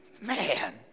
Man